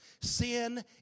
Sin